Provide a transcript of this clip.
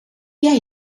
jij